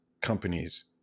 companies